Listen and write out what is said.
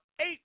eight